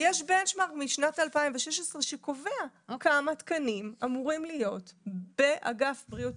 יש נקודת ייחוס משנת 2016 שקובעת כמה תקנים אמורים להיות באגף בריאות